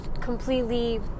completely